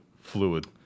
fluid